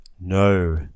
No